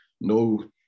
no